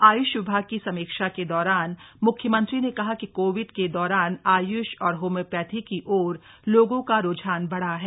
आयुष विभाग की समीक्षा के दौरान म्ख्यमंत्री ने कहा कि कोविड के दौरान आय्ष और होम्योपेथी की ओर लोगों का रूझान बढ़ा है